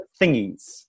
thingies